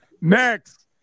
Next